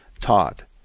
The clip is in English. Todd